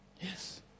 Yes